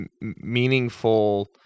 meaningful